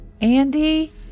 Andy